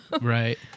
Right